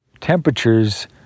temperatures